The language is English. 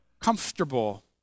comfortable